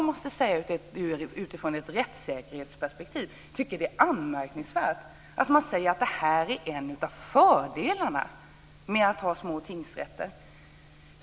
Men i ett rättssäkerhetsperspektiv tycker jag att det är anmärkningsvärt att säga att det är en av fördelarna med små tingsrätter.